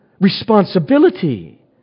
responsibility